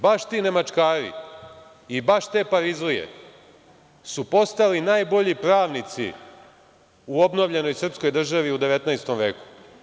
Baš ti „nemačkari“ i baš te „parizlije“ su postali najbolji pravnici u obnovljenoj srpskoj državi u 19. veku.